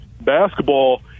basketball